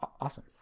Awesome